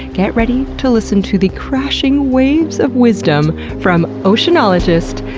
get ready to listen to the crashing waves of wisdom from oceanologist,